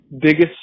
biggest